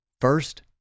First